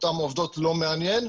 אותם עובדות לא מעניין,